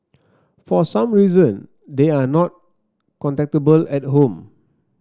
for some reason they are not contactable at home